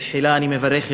תחילה אני מברך,